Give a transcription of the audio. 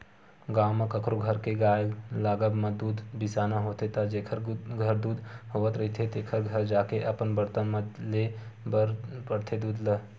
गाँव म कखरो घर के गाय लागब म दूद बिसाना होथे त जेखर घर दूद होवत रहिथे तेखर घर जाके अपन बरतन म लेय बर परथे दूद ल